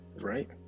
right